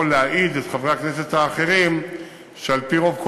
להעיד על חברי הכנסת האחרים שעל-פי רוב,